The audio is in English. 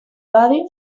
body